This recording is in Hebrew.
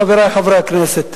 חברי חברי הכנסת,